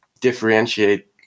differentiate